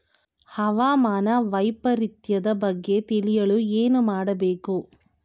ಹವಾಮಾನ ವೈಪರಿತ್ಯದ ಬಗ್ಗೆ ತಿಳಿಯಲು ಏನು ಮಾಡಬೇಕು?